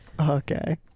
Okay